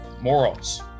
morals